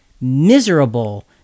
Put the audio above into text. miserable